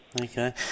Okay